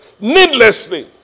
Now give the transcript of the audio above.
needlessly